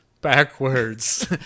backwards